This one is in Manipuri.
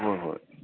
ꯍꯣꯏ ꯍꯣꯏ